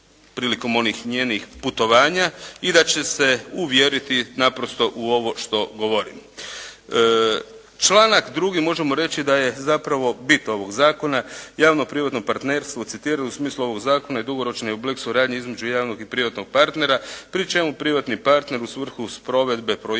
prilikom onih njenih putovanja i da će se uvjeriti naprosto u ovo što govorim. Članak 2. možemo reći da je zapravo bit ovoga zakona, javno privatno partnerstvo u …/Govornik se ne razumije./… u smislu ovoga zakona je dugoročni oblik suradnje između javnog i privatnog partnera pri čemu privatni partner u svrhu provedbe projekta